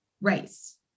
race